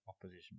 opposition